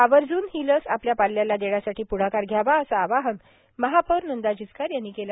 आवर्जून ही लस आपल्या पाल्याला देण्यासाठी प्ढाकार घ्यावा असं आवाहन महापौर नंदा जिचकार यांनी केलं